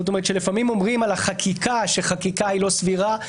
לפעמים אומרים על החקיקה שחקיקה היא לא סבירה.